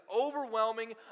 overwhelming